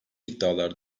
iddialar